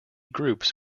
groups